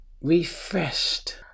refreshed